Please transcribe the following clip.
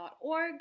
org